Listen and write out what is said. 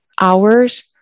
hours